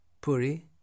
Puri